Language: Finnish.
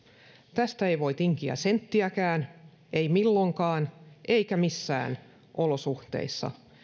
tästä ei voi tinkiä senttiäkään ei milloinkaan eikä missään olosuhteissa